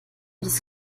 des